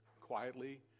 quietly